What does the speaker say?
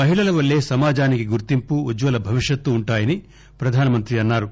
మహిళల వల్లే సమాజానికి గుర్తింపు ఉజ్వల భవిష్యత్ ఉంటాయని ప్రధాన మంత్రి అన్నారు